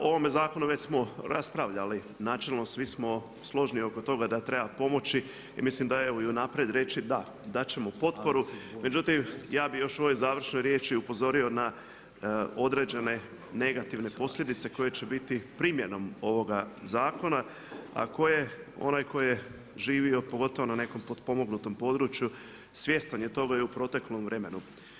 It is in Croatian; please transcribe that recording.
O ovome zakonu već smo raspravljali, načelno, svi smo složni oko toga da treba pomoći i mislim evo i unaprijed reći, da, dati ćemo potporu, međutim, ja bi još u ovoj završnoj riječi upozorio na određene negativne posljedice koje će biti primjenom ovoga zakona, a koje onaj tko je živio pogotovo na nekom potpomognutom području, svjestan je toga i u proteklom vremenu.